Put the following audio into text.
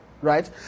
Right